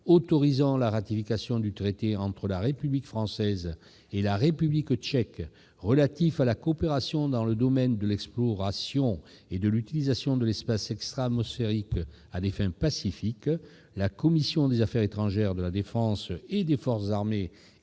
autorisant la ratification du traité entre la République française et la République tchèque relatif à la coopération dans le domaine de l'exploration et de l'utilisation de l'espace extra-atmosphérique à des fins pacifiques (projet n° 338, texte de la commission n°